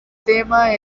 tema